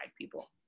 people